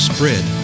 Spread